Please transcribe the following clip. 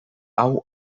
hau